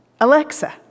Alexa